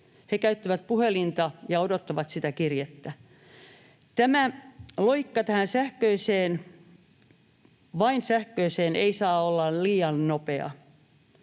He käyttävät puhelinta ja odottavat sitä kirjettä. Tämä loikka tähän sähköiseen, vain sähköiseen, ei saa olla liian nopea.